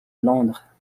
londres